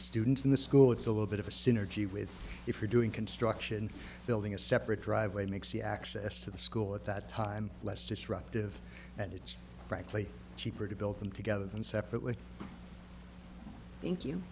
students in the school it's a little bit of a synergy with if you're doing construction building a separate driveway makes the access to the school at that time less disruptive and it's frankly cheaper to build them together than separately thank you